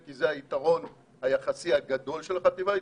כי זה היתרון היחסי הגדול של החטיבה להתיישבות,